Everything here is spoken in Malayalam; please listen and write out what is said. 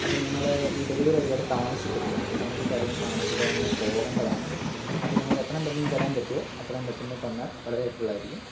അപ്പോൾ നിങ്ങളുടെ ഈ ഡെലിവറി ഒരുപാട് താമസിക്കരുത് കാരണം എനിക്ക് അധികം താമസിക്കാതെ തന്നെ പോകേണ്ടതാണ് അപ്പം നിങ്ങൾ എത്രയും പെട്ടെന്ന് തരാൻ പറ്റുവോ അത്രയും പെട്ടെന്ന് തന്നാൽ വളരെ ഹെല്പ്ഫുൾ ആയിരിക്കും